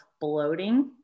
bloating